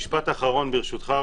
משפט אחרון ברשותך.